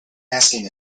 asking